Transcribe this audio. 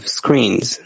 screens